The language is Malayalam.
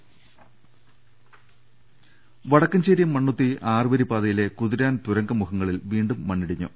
രദ്ദേഷ്ടങ വടക്കഞ്ചേരി മണ്ണുത്തി ആറുവരിപ്പാതയിലെ കുതിരാൻ തുരങ്ക മുഖങ്ങ ളിൽ വീണ്ടും മണ്ണിടിഞ്ഞു